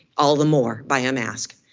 all the more by a mask.